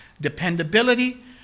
dependability